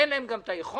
אין להם גם את היכולת,